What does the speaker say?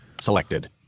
Selected